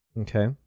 Okay